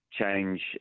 change